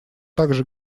также